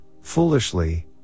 foolishly